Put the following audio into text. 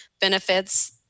benefits